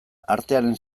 artearen